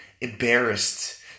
embarrassed